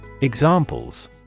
Examples